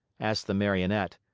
asked the marionette.